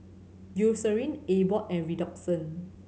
Eucerin Abbott and Redoxon